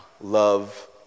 love